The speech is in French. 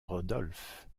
rodolphe